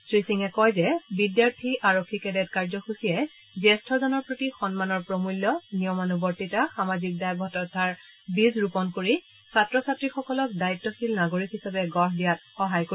শ্ৰীসিঙে কয় যে বিদ্যাৰ্থী আৰক্ষী কেডেট কাৰ্যসূচীয়ে জ্যেষ্ঠজনৰ প্ৰতি সন্মানৰ প্ৰমূল্য নিয়মানুৱৰ্তীতা সামাজিক দায়বদ্ধতাৰ বীজ ৰোপণ কৰি ছাত্ৰ ছাত্ৰীসকলক দায়িত্বশীল নাগৰিক হিচাপে গঢ় দিয়াত সহায় কৰিব